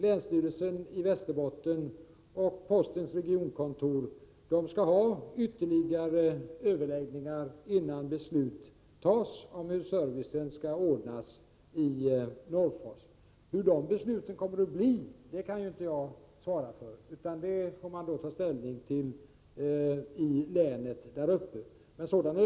Länsstyrelsen och Postens regionkontor skall ha ytterligare överläggningar innan beslut fattas om hur servicen skall ordnas i Norrfors. Hur dessa beslut kommer att bli kan jag inte svara på. Det är ute i länet sådana beslut skall fattas.